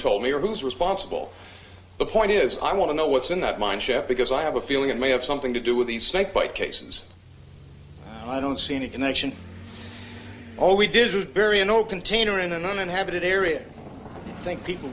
told me or who's responsible the point is i want to know what's in that mind ship because i have a feeling it may have something to do with the snakebite cases i don't see any connection all we did was burying or container in an uninhabited area i think people